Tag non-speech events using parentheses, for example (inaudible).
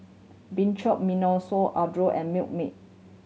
(unintelligible) Adore and Milkmaid